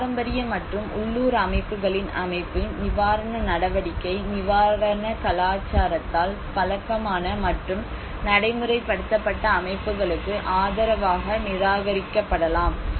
பாரம்பரிய மற்றும் உள்ளூர் அமைப்புகளின் அமைப்பு நிவாரண நடவடிக்கை நிவாரண கலாச்சாரத்தால் பழக்கமான மற்றும் நடைமுறைப்படுத்தப்பட்ட அமைப்புகளுக்கு ஆதரவாக நிராகரிக்கப்படலாம்